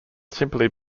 simply